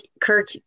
Kirk